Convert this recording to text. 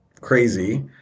crazy